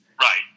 Right